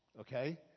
Okay